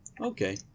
Okay